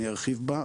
אני ארחיב בה,